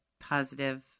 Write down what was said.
positive